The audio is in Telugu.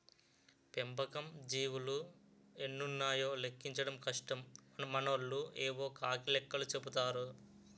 పెంపకం జీవులు ఎన్నున్నాయో లెక్కించడం కష్టం మనోళ్లు యేవో కాకి లెక్కలు చెపుతారు